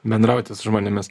bendrauti su žmonėmis